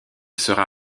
sera